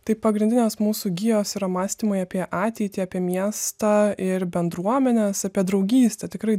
tai pagrindinės mūsų gijos yra mąstymai apie ateitį apie miestą ir bendruomenes apie draugystę tikrai